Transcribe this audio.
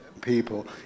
people